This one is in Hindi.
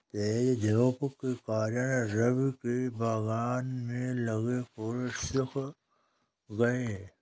तेज धूप के कारण, रवि के बगान में लगे फूल सुख गए